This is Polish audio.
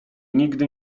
nigdy